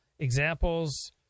examples